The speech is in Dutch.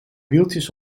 wieltjes